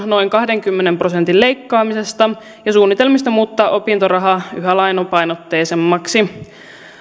noin kahdenkymmenen prosentin leikkaamisesta ja suunnitelmista muuttaa opintoraha yhä lainapainotteisemmaksi